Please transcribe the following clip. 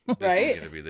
Right